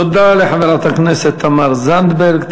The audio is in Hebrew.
תודה לחברת הכנסת תמר זנדברג.